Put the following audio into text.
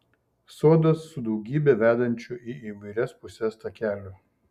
sodas su daugybe vedančių į įvairias puses takelių